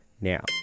now